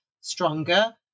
stronger